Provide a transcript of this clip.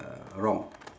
uh wrong